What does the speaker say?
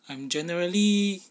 I'm generally